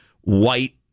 white